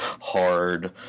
hard